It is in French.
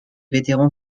vétérans